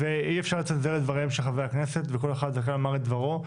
אי אפשר לצנזר את דבריהם של חברי הכנסת וכל אחד זכאי לומר את דברו,